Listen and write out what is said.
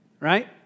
right